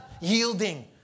yielding